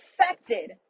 Affected